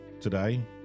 today